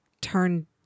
turn